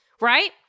right